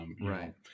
Right